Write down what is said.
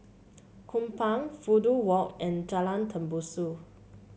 Kupang Fudu Walk and Jalan Tembusu